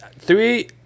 Three